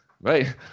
Right